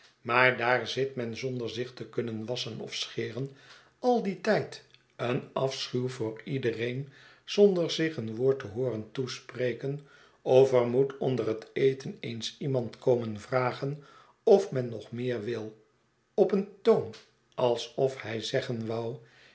maar daar zit men zonder zich te kunnen wasschen of scheren al dien tijd een afschuw voor iedereen zonder zich een woord te hooren toespreken of er m'oet onder het eten eens iemand komen vragen of men nog meer wil op een toon alsof hy zeggen wou